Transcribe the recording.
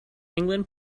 england